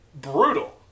brutal